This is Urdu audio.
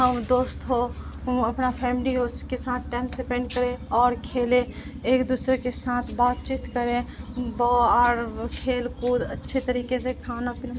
ہم دوست ہو اپنا فیملی ہو اس کے ساتھ ٹائم اسپینڈ کرے اور کھیلے ایک دوسرے کے ساتھ بات چیت کریں بو اور کھیل کود اچھے طریقے سے کھانا پینا